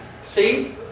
See